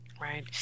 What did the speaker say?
Right